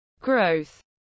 growth